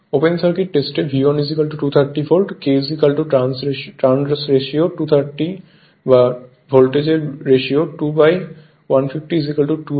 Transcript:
open circuit test V1 230 volt K trans ratio 230 বা voltage ratio 2 by 150 2 হয়